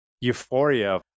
euphoria